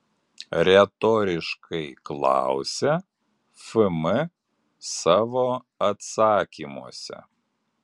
retoriškai klausia fm savo atsakymuose